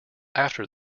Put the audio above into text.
after